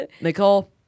Nicole